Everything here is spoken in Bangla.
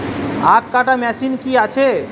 আখ কাটা মেশিন কি আছে?